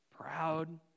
proud